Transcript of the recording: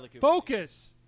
Focus